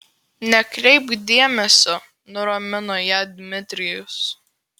nekreipk dėmesio nuramino ją dmitrijus